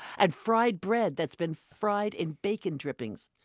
and fried bread that's been fried in bacon drippings